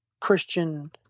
Christian